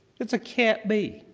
it's a cat b.